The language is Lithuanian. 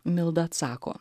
milda atsako